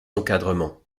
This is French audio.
encadrement